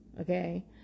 okay